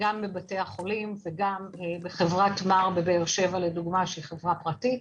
גם בבתי החולים וגם בחברת מר בבאר שבע שהיא חברה פרטית.